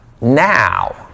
now